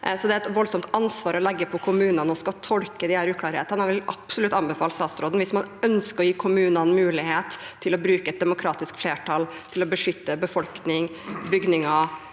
Det er et voldsomt ansvar å legge på kommunene å skulle tolke disse uklarhetene. Jeg vil absolutt anbefale statsråden, hvis man ønsker å gi kommunene mulighet til å bruke et demokratisk flertall til å beskytte befolkning, bygninger